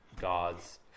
God's